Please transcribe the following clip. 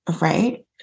Right